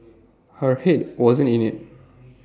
her Head wasn't in IT